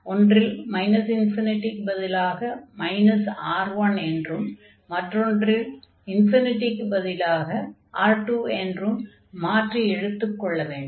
ஒன்றில் ∞பதிலாக R1என்றும் மற்றொன்றில் க்குப் பதிலாக R2 என்றும் மாற்றி எடுத்துக் கொள்ள வேண்டும்